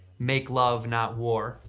make love, not war.